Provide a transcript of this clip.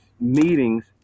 meetings